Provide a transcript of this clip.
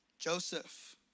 Joseph